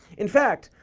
in fact,